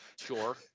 sure